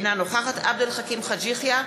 אינה נוכחת עבד אל חכים חאג' יחיא,